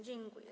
Dziękuję.